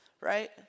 right